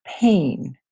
pain